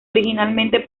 originalmente